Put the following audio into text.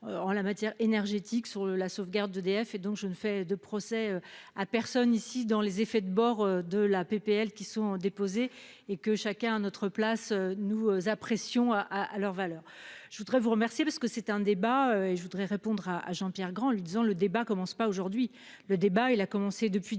En la matière énergétique sur le la sauvegarde d'EDF et donc je ne fais de procès à personne ici dans les effets de bord de la PPL qui sont déposées et que chacun à notre place nous apprécions à à leur valeur. Je voudrais vous remercier parce que c'était un débat et je voudrais répondre à, à Jean-Pierre Grand lui disant le débat commence pas aujourd'hui le débat il a commencé depuis des